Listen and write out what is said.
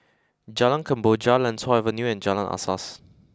Jalan Kemboja Lentor Avenue and Jalan Asas